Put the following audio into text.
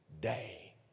day